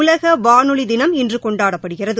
உலகவானொலிதினம் இன்றுகொண்டாடப்படுகிறது